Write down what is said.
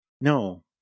No